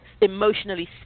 emotionally